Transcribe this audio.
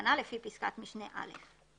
ההתקנה לפי פסקת משנה (א).